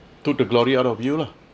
took the glory out of you lah